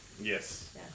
Yes